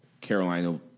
Carolina